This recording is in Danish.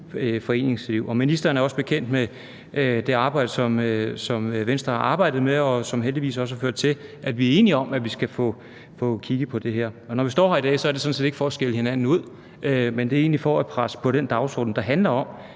Ministeren er også bekendt med det arbejde, som Venstre har på dagsordenen, og som heldigvis også har ført til, at vi er enige om, at vi her skal få kigget på det. Og når vi står her i dag, er det sådan set ikke for at skælde hinanden ud, men det er egentlig for at presse på den dagsorden, der handler om,